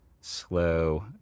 slow